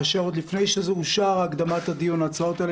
ועוד לפני שהקדמת הדיון אושרה ההצעות האלה